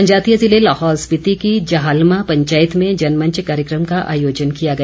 जनजातीय जिले लाहौल स्पीति की जहालमा पंचायत में जनमंच कार्यक्रम का आयोजन किया गया